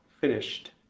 finished